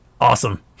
Awesome